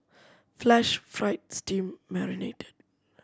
flash fried steam marinated